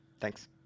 Thanks